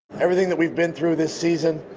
everything that we've been through this season,